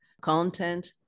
content